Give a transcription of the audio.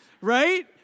right